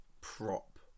prop